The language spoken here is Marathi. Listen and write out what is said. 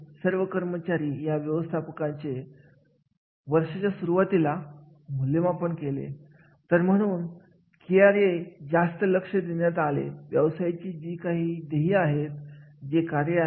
आणि अशा पद्धतीने जर आपण एखाद्या कार्याचे मूल्यमापन केले तर निश्चितपणे आपण एका उच्च पातळीवर ती कार्याची कामगिरी पोहोचू शकतो